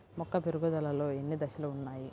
మొక్క పెరుగుదలలో ఎన్ని దశలు వున్నాయి?